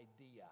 idea